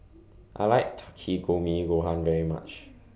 I like Takikomi Gohan very much